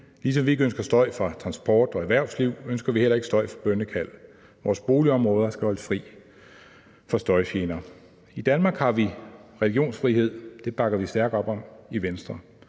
Ligesom vi ikke ønsker støj fra transport og erhvervsliv, ønsker vi heller ikke støj fra bønnekald. Vores boligområder skal holdes fri for støjgener. I Danmark har vi religionsfrihed, og det bakker vi stærkt op om i Venstre.